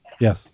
Yes